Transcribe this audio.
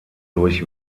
durch